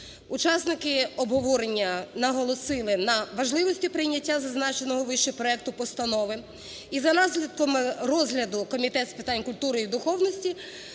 Учасники обговорення наголосили на важливості прийняття зазначеного вище проекту постанови. І за наслідками розгляду Комітет з питань культури і духовності